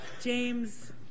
James